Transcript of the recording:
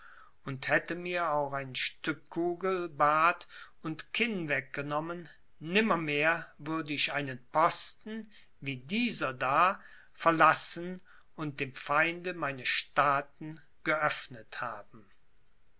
und hätte mir auch eine stückkugel bart und kinn weggenommen nimmermehr würde ich einen posten wie dieser da verlassen und dem feinde meine staaten geöffnet haben